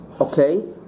okay